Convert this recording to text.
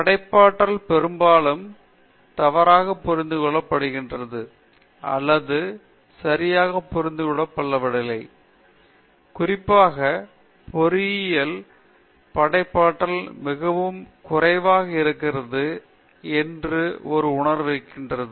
படைப்பாற்றல் பெரும்பாலும் தவறாக புரிந்து கொள்ளப்படுகிறது அல்லது சரியாக புரிந்து கொள்ளப்படவில்லை குறிப்பாக பொறியியல் பொதுவாக படைப்பாற்றல் மிகவும் குறைவாக இருக்கிறது என்று ஒரு உணர்வு இருக்கிறது